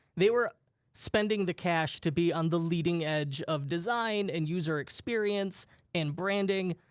they were spending the cash to be on the leading edge of design and user experience and branding.